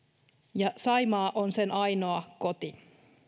ja saimaa on sen ainoa koti